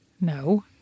No